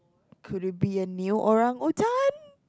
could it be a new orang utan